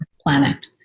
planet